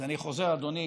אז אני חוזר אדוני,